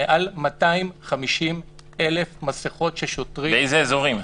מעל 250,000 מסכות ששוטרים חילקו --- באיזה אזורים?